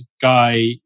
guy